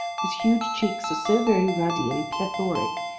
whose huge cheeks are so very ruddy and plethoric,